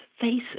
faces